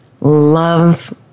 Love